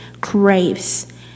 craves